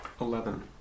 Eleven